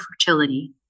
fertility